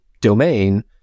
domain